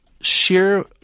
share